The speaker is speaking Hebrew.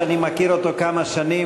שאני מכיר אותו כמה שנים,